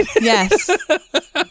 Yes